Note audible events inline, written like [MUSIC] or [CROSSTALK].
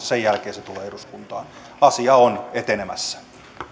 [UNINTELLIGIBLE] sen jälkeen se tulee eduskuntaan asia on etenemässä